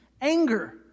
anger